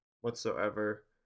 whatsoever